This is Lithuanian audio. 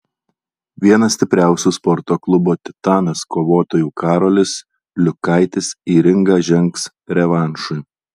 vienas stipriausių sporto klubo titanas kovotojų karolis liukaitis į ringą žengs revanšui